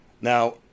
Now